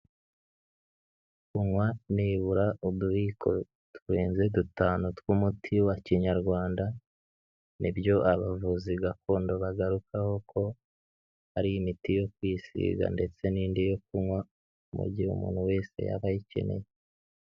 Kunywa nibura utuyiko turenze dutanu tw'umuti wa kinyarwanda, nibyo abavuzi gakondo bagarukaho ko, hari imiti yo kwisiga ndetse n'indi yo kunywa, mu gihe umuntu wese yaba ayikeneye.